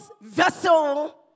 vessel